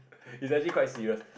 it's actually quite serious